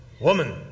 woman